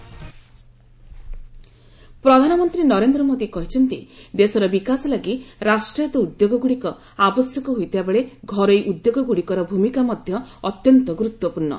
PM farmers ପ୍ରଧାନମନ୍ତ୍ରୀ ନରେନ୍ଦ୍ର ମୋଦି କହିଛନ୍ତି ଦେଶର ବିକାଶ ଲାଗି ରାଷ୍ଟ୍ରାୟତ୍ତ ଉଦ୍ୟୋଗଗୁଡ଼ିକ ଆବଶ୍ୟକ ହୋଇଥିବାବେଳେ ଘରୋଇ ଉଦ୍ୟୋଗଗୁଡ଼ିକର ଭୂମିକା ମଧ୍ୟ ଅତ୍ୟନ୍ତ ଗୁରୁତ୍ୱପୂର୍ଣ୍ଣ